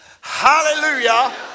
Hallelujah